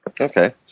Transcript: Okay